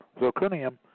zirconium